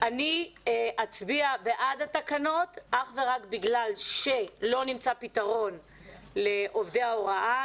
אני אצביע בעד התקנות אך ורק בגלל שלא נמצא פתרון לעובדי ההוראה.